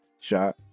Shot